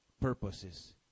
purposes